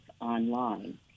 online